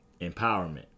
Empowerment